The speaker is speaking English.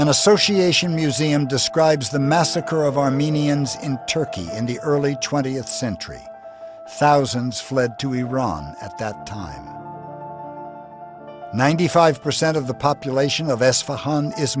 an association museum describes the massacre of armenians in turkey in the early twentieth century thousands fled to iran at that time ninety five percent of the population of